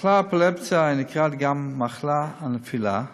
מחלת האפילפסיה, הנקראת גם מחלת הנפילה,